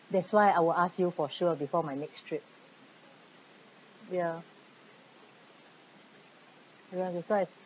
that's why I will ask you for sure before my next trip ya you want to saw this